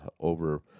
over